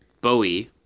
Bowie